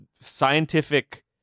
scientific